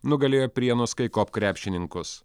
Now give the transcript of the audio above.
nugalėjo prienų skaikop krepšininkus